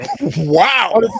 Wow